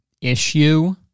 issue